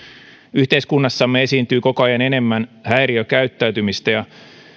yhteiskunnassamme esiintyy koko ajan enemmän häiriökäyttäytymistä ja